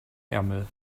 ärmel